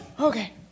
Okay